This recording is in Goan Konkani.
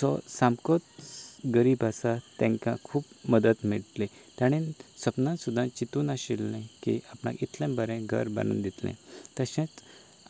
जो सामकोच गरीब आसा तांकां खूब मदत मेळटली ताणें सपनांत सुद्दां चिंतूक नाशिल्लें की आपणाक इतलें बरें घर बांदून दितले तशेंच